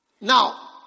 Now